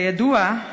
כידוע,